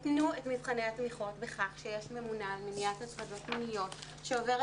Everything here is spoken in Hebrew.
התנו את מבחני התמיכות בכך שיש ממונה על מניעת הטרדות מיניות שעוברת